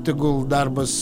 tegul darbas